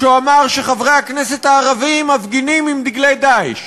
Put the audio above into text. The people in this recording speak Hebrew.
שהוא אמר שחברי הכנסת הערבים מפגינים עם דגלי "דאעש".